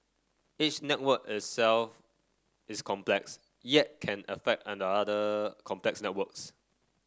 each network itself is complex yet can affect and other complex networks